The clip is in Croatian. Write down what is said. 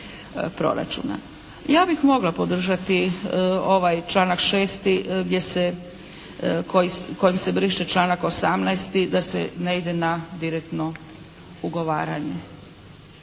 Ja bih mogla podržati ovaj članak 6. gdje se, kojim se briše članak 18. da se ne ide na direktno ugovaranje.